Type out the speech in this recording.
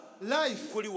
Life